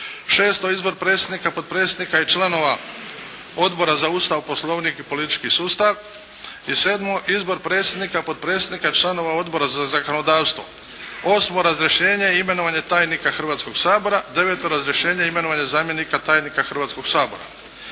Šesto, izbor predsjednika, potpredsjednika i članova Odbora za Ustav, Poslovnik i politički sustav. I sedmo, izbor predsjednika, potpredsjednika i članova Odbora za zakonodavstvo. Osmo, razrješenje i imenovanje tajnika Hrvatskog sabora. Deveto, razrješenje i imenovanje zamjenika tajnika Hrvatskog sabora.